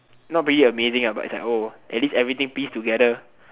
not really amazing ah but it's like oh at least everything piece together